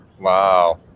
Wow